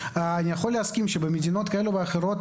יכול להסכים שבמדינות כאלה ואחרות